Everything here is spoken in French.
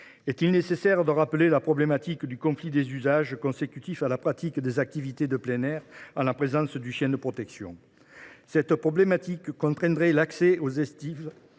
Est il nécessaire de rappeler la problématique du conflit des usages consécutif à la pratique des activités de plein air en présence de chiens de protection des troupeaux ? Cette situation contraindrait l’accès aux estives